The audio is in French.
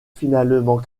finalement